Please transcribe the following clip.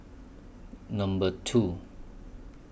Number two